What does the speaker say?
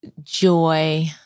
Joy